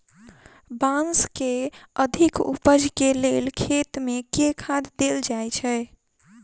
Beans केँ अधिक उपज केँ लेल खेत मे केँ खाद देल जाए छैय?